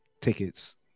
tickets